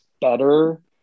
better